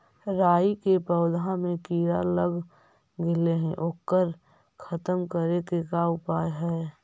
राई के पौधा में किड़ा लग गेले हे ओकर खत्म करे के का उपाय है?